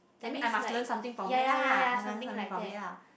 I mean I must learn something from it lah I must learn something from it lah